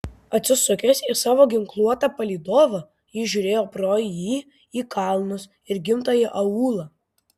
atsisukęs į savo ginkluotą palydovą jis žiūrėjo pro jį į kalnus ir gimtąjį aūlą